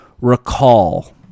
recall